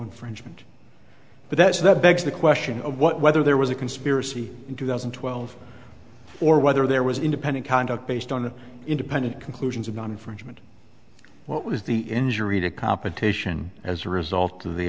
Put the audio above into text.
infringement but that's that begs the question of whether there was a conspiracy in two thousand and twelve or whether there was independent conduct based on independent conclusions about infringement what was the injury to competition as a result of the